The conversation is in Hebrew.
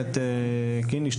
קינלי,